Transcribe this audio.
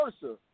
versa